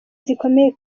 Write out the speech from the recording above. zikomeye